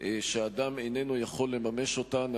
שאדם איננו יכול לממש אותן,